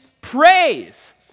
praise